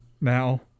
now